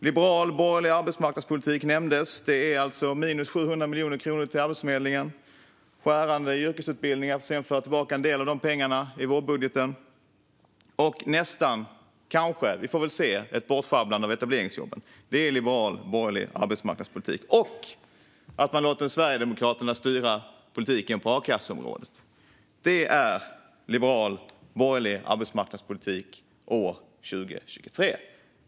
Liberal borgerlig arbetsmarknadspolitik nämndes. Det är alltså 700 miljoner kronor mindre till Arbetsförmedlingen, nedskärningar på yrkesutbildningar för att sedan föra tillbaka en del av de pengarna i vårbudgeten och kanske - vi får väl se - ett bortsjabblande av etableringsjobben. Det är liberal borgerlig arbetsmarknadspolitik. Att man låter Sverigedemokraterna styra politiken på a-kasseområdet är också liberal borgerlig arbetsmarknadspolitik år 2023.